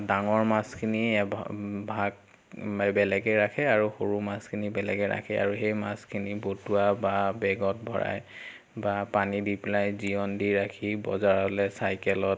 ডাঙৰ মাছখিনি এভা ভাগ বে বেলেগে ৰাখে আৰু সৰু মাছখিনি বেলেগে ৰাখে আৰু সেই মাছখিনি বটুৱা বা বেগত ভৰাই বা পানী দি পেলাই জীৱন দি ৰাখি বজাৰলৈ চাইকেলত